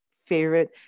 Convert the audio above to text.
favorite